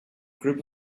group